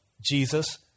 Jesus